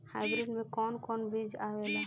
Hybrid में कोवन कोवन बीज आवेला?